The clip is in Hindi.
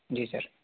जी सर